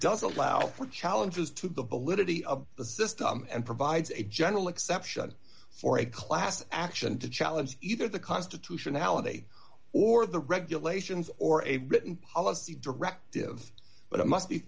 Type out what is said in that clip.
does allow for challenges to the validity of the system and provides a general exception for a class action to challenge either the constitutionality or the regulations or a written policy directive but it must be